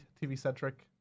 TV-centric